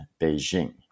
Beijing